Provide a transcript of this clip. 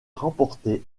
remporté